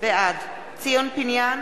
בעד ציון פיניאן,